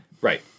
Right